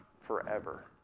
forever